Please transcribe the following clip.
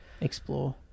explore